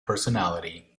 personality